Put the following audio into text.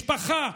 משפחה.